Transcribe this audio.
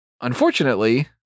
Unfortunately